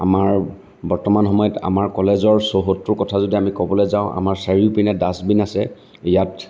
বৰ্তমান সময়ত আমাৰ কলেজৰ চৌহদটোৰ কথা যদি আমি ক'বলৈ যাওঁ আমাৰ চাৰিওফালে ডাষ্টবিন আছে ইয়াত